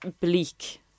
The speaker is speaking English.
bleak